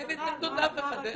אין התנגדות לאף אחד.